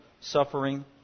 suffering